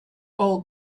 old